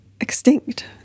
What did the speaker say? Extinct